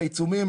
העיצומים,